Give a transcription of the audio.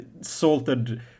salted